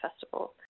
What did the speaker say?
festival